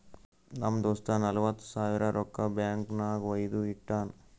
ನಮ್ ದೋಸ್ತ ನಲ್ವತ್ ಸಾವಿರ ರೊಕ್ಕಾ ಬ್ಯಾಂಕ್ ನಾಗ್ ವೈದು ಇಟ್ಟಾನ್